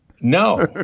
No